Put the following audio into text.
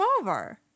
over